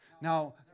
Now